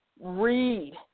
read